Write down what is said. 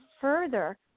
further